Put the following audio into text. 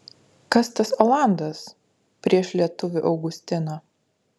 kas tas olandas prieš lietuvį augustiną